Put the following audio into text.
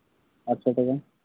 ᱟᱴᱥᱚ ᱴᱟᱠᱟ